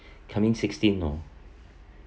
coming sixteen you know